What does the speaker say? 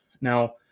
Now